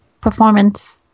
performance